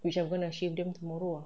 which I'm going to shave them tomorrow ah